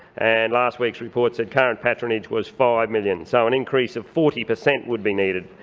and last week's report said current patronage was five million, so an increase of forty percent would be needed.